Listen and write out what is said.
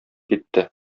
китте